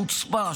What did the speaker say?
חוצפה,